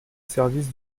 service